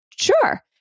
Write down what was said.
sure